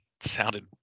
sounded